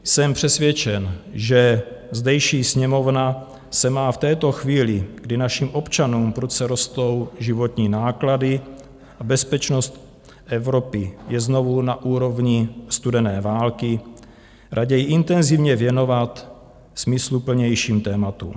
Jsem přesvědčen, že zdejší Sněmovna se má v této chvíli, kdy našim občanům prudce rostou životní náklady a bezpečnost Evropy je znovu na úrovni studené války, raději intenzivně věnovat smysluplnějším tématům.